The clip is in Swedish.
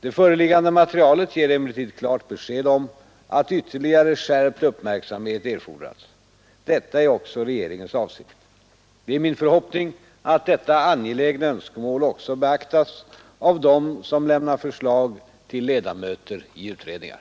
Det föreliggande materialet ger emellertid klart besked om att ytterligare skärpt uppmärksamhet erfordras. Detta är också regeringens avsikt. Det är min förhoppning att detta angelägna önskemål också beaktas av dem som lämnar förslag till ledamöter i utredningar.